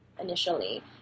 initially